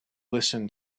listen